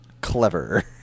Clever